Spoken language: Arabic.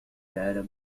العالم